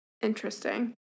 interesting